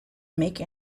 make